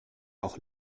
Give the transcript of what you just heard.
auch